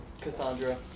Cassandra